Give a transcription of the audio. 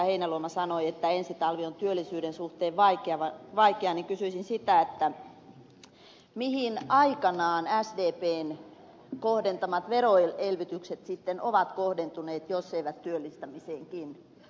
heinäluoma sanoi että ensi talvi on työllisyyden suhteen vaikea niin kysyisin erityisesti sitä mihin aikanaan sdpn kohdentamat veroelvytykset sitten ovat kohdentuneet jos eivät työllistämiseenkin